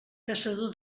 caçador